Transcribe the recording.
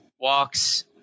walks